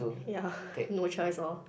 yeah no choice lor